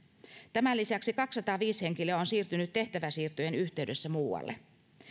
tämän lisäksi kaksisataaviisi henkilöä on siirtynyt tehtäväsiirtojen yhteydessä muualle